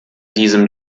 diesem